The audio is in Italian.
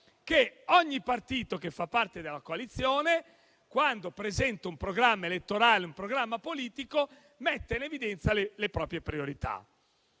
che ogni partito che ne fa parte, quando presenta un programma elettorale, un programma politico, metta in evidenza le proprie priorità.